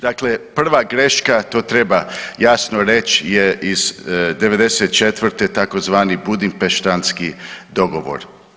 Dakle prva greška, to treba jasno reći je iz '94., tzv. Budimpeštanski dogovor.